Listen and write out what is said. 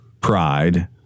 pride